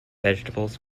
vegetables